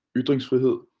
released for the